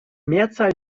mehrzahl